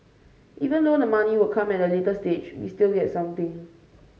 even though the money will come at a later stage we still get something